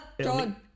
John